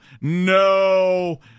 no